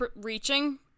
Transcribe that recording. reaching